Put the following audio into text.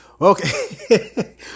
Okay